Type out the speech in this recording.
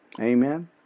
amen